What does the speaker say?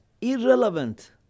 irrelevant